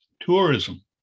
tourism